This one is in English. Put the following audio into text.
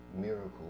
miracle